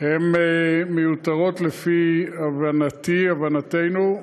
הן מיותרות לפי הבנתי, הבנתנו,